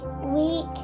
week